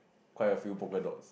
quite a few polka dots